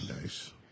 Nice